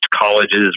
colleges